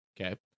Okay